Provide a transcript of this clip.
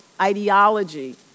ideology